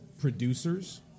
producers